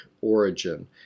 origin